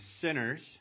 sinners